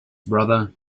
brother